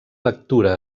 lectura